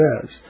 says